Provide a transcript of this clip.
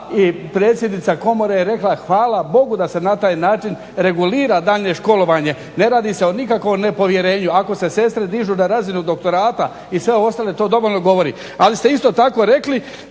i predsjednica Komore je rekla hvala bogu da se na taj način regulira daljnje školovanje. Ne radi se o nikakvom nepovjerenju. Ako se sestre dižu na razinu doktorata i sve ostale to dovoljno govori. Ali ste isto tako rekli